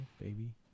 baby